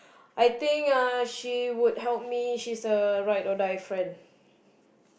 I think uh she would help me she's a ride or die friend